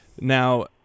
Now